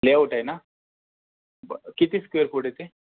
layout आहे ना बरं किती स्क्वेअर फुट हे ते